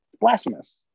Blasphemous